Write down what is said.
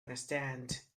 understand